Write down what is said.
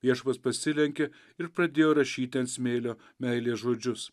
viešpats pasilenkė ir pradėjo rašyti ant smėlio meilės žodžius